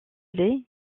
lait